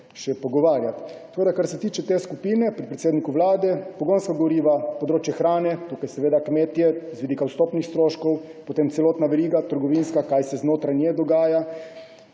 še pogovarjati. Kar se tiče te skupine pri predsedniku Vlade, pogonskih goriv, področja hrane, tukaj seveda kmetov z vidika vstopnih stroškov, potem celotne trgovinske verige, kaj se znotraj nje dogaja,